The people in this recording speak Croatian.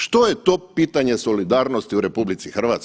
Što je to pitanje solidarnosti u RH?